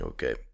Okay